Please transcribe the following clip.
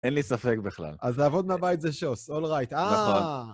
אין לי ספק בכלל. אז לעבוד מהבית זה שוס, אול רייט. נכון.